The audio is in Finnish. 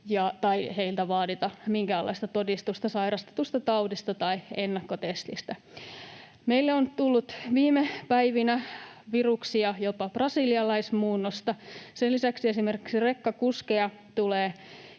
kuin heiltä vaadita minkäänlaista todistusta sairastetusta taudista tai ennakkotestistä. Meille on tullut viime päivinä viruksia, jopa brasilialaismuunnosta. Sen lisäksi esimerkiksi rekkakuskeja tulee